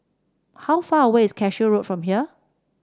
how far away is Cashew Road from here